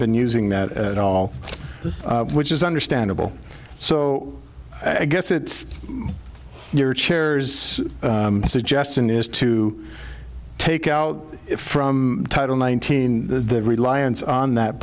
been using that at all which is understandable so i guess it's your chairs suggestion is to take out from title nineteen the reliance on that